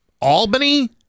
Albany